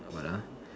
what ah